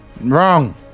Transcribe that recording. Wrong